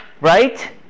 right